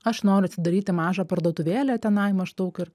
aš noriu atsidaryti mažą parduotuvėlę tenai maždaug ir